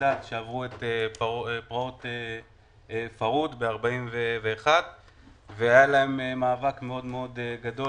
בגדד שעברו את פרעות פרהוד ב-1941 והיה להם מאבק מאוד מאוד גדול